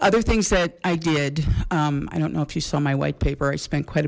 other things that i did i don't know if you saw my white paper i spent quite